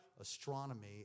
astronomy